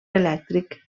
elèctric